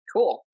Cool